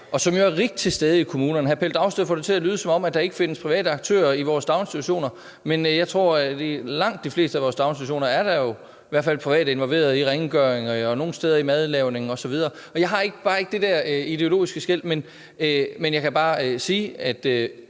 og som jo er rigt til stede i kommunerne. Hr. Pelle Dragsted får det til at lyde, som om der ikke findes private aktører i vores daginstitutioner, men jeg tror, at i langt de fleste af vores daginstitutioner er der private involveret i hvert fald i rengøring og nogle steder i madlavning osv. Og jeg har bare ikke den der ideologiske måde at skelne på. Men jeg kan sige, at